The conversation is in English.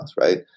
right